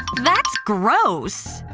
that's gross.